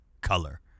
color